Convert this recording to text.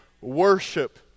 worship